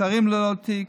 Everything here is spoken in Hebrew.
שרים ללא תיק,